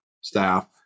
staff